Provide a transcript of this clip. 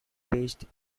based